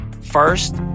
First